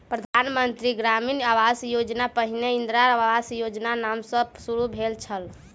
प्रधान मंत्री ग्रामीण आवास योजना पहिने इंदिरा आवास योजनाक नाम सॅ शुरू भेल छल